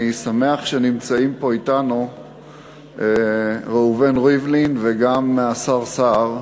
אני שמח שנמצאים פה אתנו ראובן ריבלין וגם השר סער.